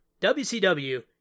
WCW